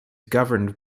governed